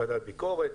ועדת ביקורת,